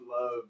love